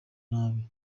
nabi